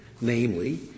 Namely